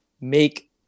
make